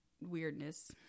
weirdness